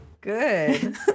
Good